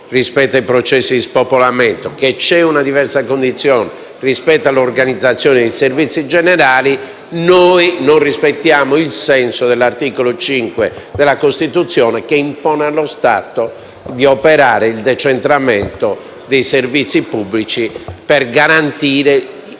rispetto ai processi di spopolamento, che c'è una diversa condizione rispetto all'organizzazione dei servizi generali, noi non rispettiamo il senso dell'articolo 5 della Costituzione, che impone allo Stato di operare il decentramento dei servizi pubblici per garantire